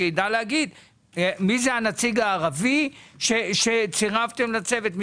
שיאמר מי הנציג הערבי שצירפתם לצוות,